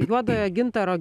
juodojo gintaro